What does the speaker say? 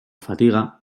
fatiga